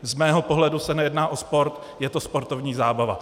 Z mého pohledu se nejedná o sport, je to sportovní zábava.